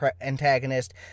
antagonist